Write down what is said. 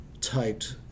typed